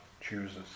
chooses